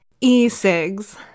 E-cigs